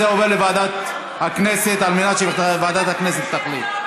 זה עובר לוועדת הכנסת על מנת שוועדת הכנסת תחליט.